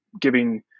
giving